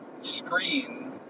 screen